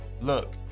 Look